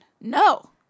No